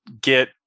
get